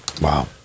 Wow